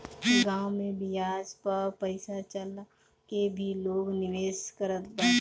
गांव में बियाज पअ पईसा चला के भी लोग निवेश करत बाटे